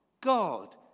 God